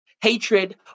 Hatred